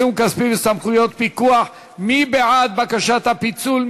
עיצום כספי וסמכויות פיקוח) מי בעד בקשת הפיצול?